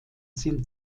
sind